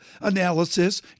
analysis